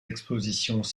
expositions